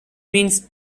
means